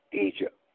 Egypt